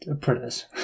Predators